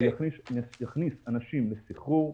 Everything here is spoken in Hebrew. זה יכניס אנשים לסחרור.